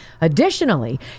Additionally